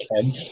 Ken